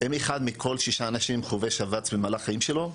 אם אחד מכל שישה אנשים חווה שבץ במהלך החיים שלו,